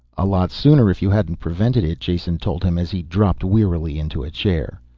a lot sooner if you hadn't prevented it, jason told him as he dropped wearily into a chair.